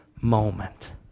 moment